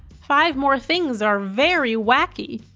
five more things are very wacky!